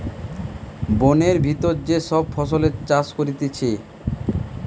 বোনের ভিতর যে সব ফসলের চাষ করতিছে